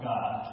God